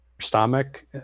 stomach